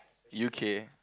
U K